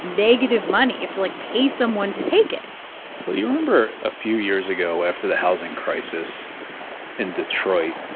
negative money? you have to, like, pay someone to take it well, you remember a few years ago after the housing crisis in detroit,